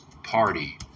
party